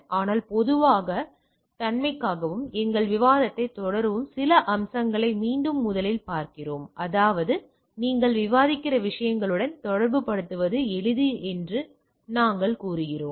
ஆனால் பொதுவான தன்மைக்காகவும் எங்கள் விவாதத்தைத் தொடரவும் சில அம்சங்களை மீண்டும் முதலில் பார்க்கிறோம் அதாவது நாங்கள் விவாதிக்கிற விஷயங்களுடன் தொடர்புபடுத்துவது எளிது என்று நாங்கள் கூறுகிறோம்